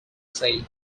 said